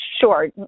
sure